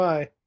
Bye